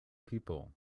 people